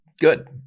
Good